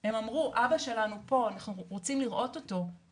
הם אמרו אבא שלנו פה, אנחנו רוצים לראות אותו.